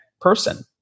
person